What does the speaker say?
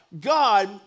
God